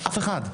'אף אחד',